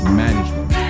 management